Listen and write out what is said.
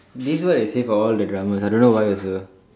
this is what they say for all the dramas I don't know why also